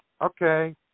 okay